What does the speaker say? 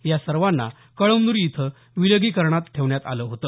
या सर्वांना कळमन्री इथं विलगीकरणात ठेवण्यात आल होत